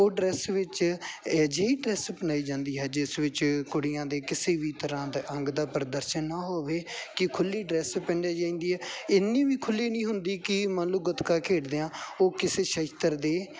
ਉਹ ਡਰੈਸ ਵਿੱਚ ਇਹੋ ਜਿਹੀ ਡਰੈਸ ਪਹਿਨਾਈ ਜਾਂਦੀ ਹੈ ਜਿਸ ਵਿੱਚ ਕੁੜੀਆਂ ਦੇ ਕਿਸੇ ਵੀ ਤਰ੍ਹਾਂ ਦਾ ਅੰਗ ਦਾ ਪ੍ਰਦਰਸ਼ਨ ਨਾ ਹੋਵੇ ਕਿ ਖੁੱਲ੍ਹੀ ਡਰੈਸ ਪਹਿਨਾਈ ਜਾਂਦੀ ਹੈ ਇੰਨੀ ਵੀ ਖੁੱਲ੍ਹੀ ਨਹੀਂ ਹੁੰਦੀ ਕਿ ਮੰਨ ਲਉ ਗੱਤਕਾ ਖੇਡਦਿਆਂ ਉਹ ਕਿਸੇ ਸ਼ਸਤਰ ਦੇ